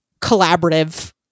collaborative